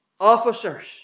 officers